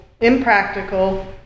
impractical